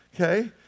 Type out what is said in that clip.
okay